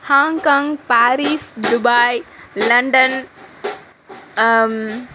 Hong Kong Paris Dubai London